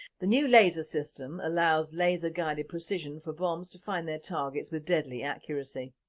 the new laser system allows laser guided precision for bombs to find their targets with deadly accuracy.